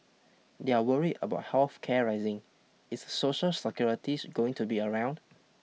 they're worried about health care rising is social securities going to be around